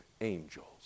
angels